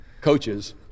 coaches